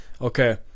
okay